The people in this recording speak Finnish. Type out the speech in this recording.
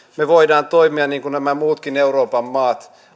me voimme toimia aivan hyvin niin kuin nämä muutkin euroopan maat